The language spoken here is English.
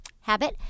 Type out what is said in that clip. habit